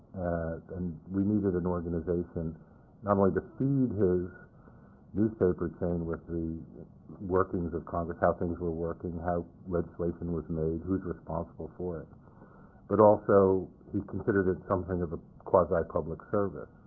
and we needed an organization not only to feed his newspaper chain with the workings of congress how things were working, how legislation was made, who's responsible for it but also he considered it something of a quasi-public service.